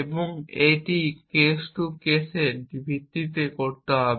এবং এটি case to case ভিত্তিতে করতে হবে